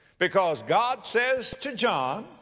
because god says to john,